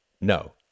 no